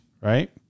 right